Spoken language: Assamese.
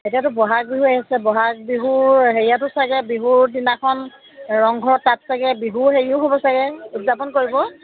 এতিয়াতো ব'হাগ বিহু আহি আছে ব'হাগ বিহুৰ হেৰিয়াতো চাগৈ বিহুৰ দিনাখন ৰংঘৰ তাত চাগৈ বিহুৰ হেৰিও হ'ব চাগৈ উদযাপন কৰিব